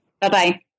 Bye-bye